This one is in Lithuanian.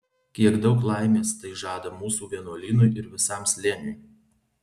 kiek daug laimės tai žada mūsų vienuolynui ir visam slėniui